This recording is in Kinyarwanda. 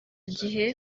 gihe